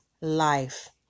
life